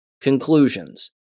Conclusions